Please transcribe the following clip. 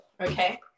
okay